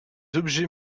objets